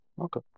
Okay